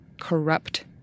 corrupt